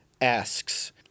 asks